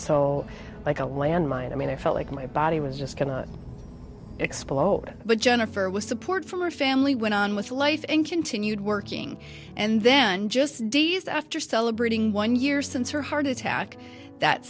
so like a landmine i mean i felt like my body was just going to explode but jennifer was support from her family went on with life in continued working and then just days after celebrating one year since her heart attack that